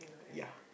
ya